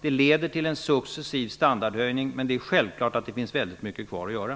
Det leder till en successiv standardhöjning, men det finns självfallet väldigt mycket kvar att göra.